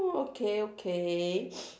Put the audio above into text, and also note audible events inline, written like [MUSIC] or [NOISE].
oh okay [NOISE]